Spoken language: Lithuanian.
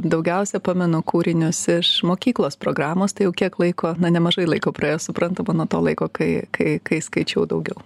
daugiausia pamenu kūrinius iš mokyklos programos tai jau kiek laiko na nemažai laiko praėjo suprantama nuo to laiko kai kai skaičiau daugiau